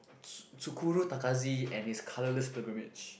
ts~ Tsukusu Tazaki and his colorless pilgrimage